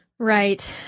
Right